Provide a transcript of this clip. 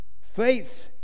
Faith